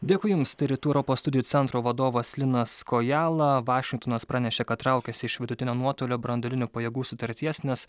dėkui jums tai rytų europos studijų centro vadovas linas kojala vašingtonas pranešė kad traukiasi iš vidutinio nuotolio branduolinių pajėgų sutarties nes